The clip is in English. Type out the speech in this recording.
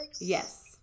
Yes